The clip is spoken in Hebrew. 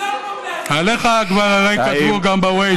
עליך הרי כבר כתבו גם ב-Waze,